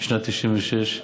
בשנת 1996,